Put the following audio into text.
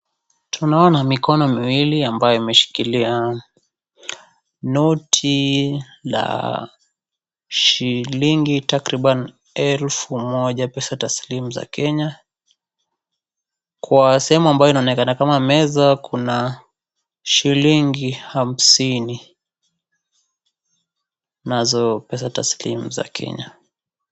Tunaona mikono miwili ambayo imeshikilia noti la shilingi takriban elfu moja pesa tasilimu za Kenya, kwa sehemu ambayo inaonekana kama meza kuna, shilingi hamsini, nazo pesa tasilimu za Kenya.